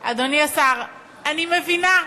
אני מבינה.